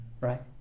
Right